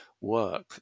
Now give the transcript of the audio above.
work